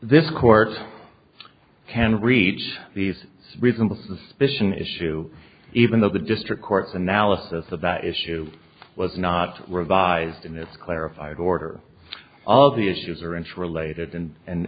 this court can reach these reasonable suspicion issue even though the district court analysis of the issue was not revised in its clarified order all the issues are interrelated in an